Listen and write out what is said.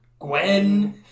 Gwen